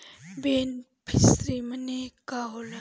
Beneficiary मने का होला?